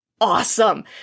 awesome